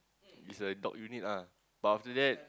is a dog unit ah but after that